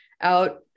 out